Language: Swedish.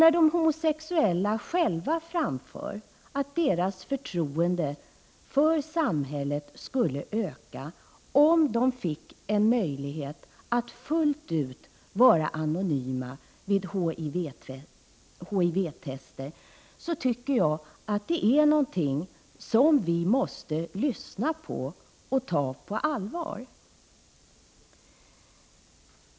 När de homosexuella själva framför att deras förtroende för samhället skulle öka om de fick en möjlighet att fullt ut vara anonyma vid HIV-tester, tycker jag att det är någonting som vi måste lyssna på och ta på allvar.